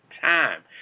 time